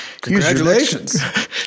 Congratulations